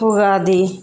Ugadi